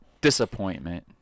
Disappointment